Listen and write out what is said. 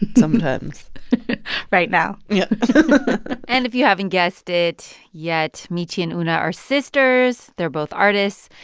sometimes right now yeah and if you haven't guessed it yet, michi and una are sisters. they're both artists.